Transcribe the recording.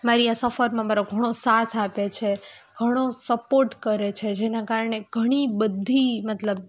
મારી આ સફરમાં મારો ઘણો સાથ આપે છે ઘણો સપોર્ટ કરે છે જેના કારણે ઘણી બધી મતલબ